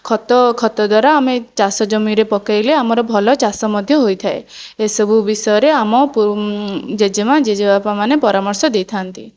ଖତ ଖତ ଦ୍ଵାରା ଆମେ ଚାଷ ଜମିରେ ପକାଇଲେ ଆମର ଭଲ ଚାଷ ମଧ୍ୟ ହୋଇଥାଏ ଏସବୁ ବିଷୟରେ ଆମ ଜେଜେମା' ଜେଜେବାପାମାନେ ପରାମର୍ଶ ଦେଇଥାନ୍ତି